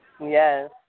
Yes